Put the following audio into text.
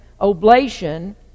oblation